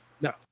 No